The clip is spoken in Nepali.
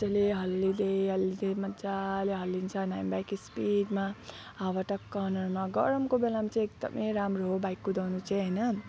मज्जाले हल्लिँदै हल्लिँदै मजाले हल्लिन्छ हामी बाइक स्पिडमा हावा टक्क अनुहारमा गरमको बेलामा चाहिँ एकदमै राम्रो हो बाइक कुदाउनु चाहिँ होइन